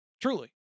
Truly